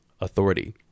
authority